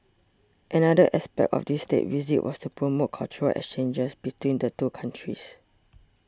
another aspect of this State Visit was to promote cultural exchanges between the two countries